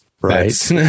Right